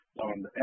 on